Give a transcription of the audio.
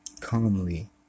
Calmly